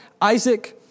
Isaac